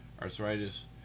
arthritis